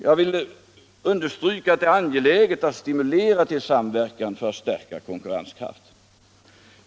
Jag vill understryka att det är angeläget att stimulera till samverkan för att stärka konkurrenskraften.